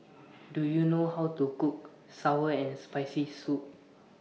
Do YOU know How to Cook Sour and Spicy Soup